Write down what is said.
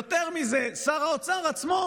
יותר מזה, שר האוצר בעצמו,